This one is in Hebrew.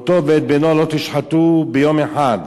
אֹתו ואת בנו לא תשחטו ביום אחד".